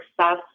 success